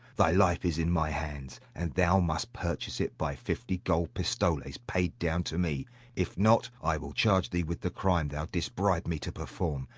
thy life is in my hands, and thou must purchase it by fifty good pistoles paid down to me if not, i will charge thee with the crime thou didst bribe me to perform,